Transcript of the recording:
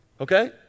okay